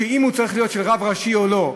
אם הוא צריך להיות של רב ראשי או לא,